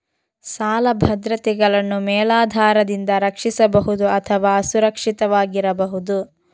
ಸಾಲ ಭದ್ರತೆಗಳನ್ನು ಮೇಲಾಧಾರದಿಂದ ರಕ್ಷಿಸಬಹುದು ಅಥವಾ ಅಸುರಕ್ಷಿತವಾಗಿರಬಹುದು